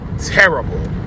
terrible